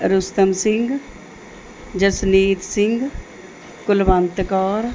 Rustam Singh Jasneet Singh Kulwant Kaur